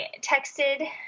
texted